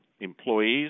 employees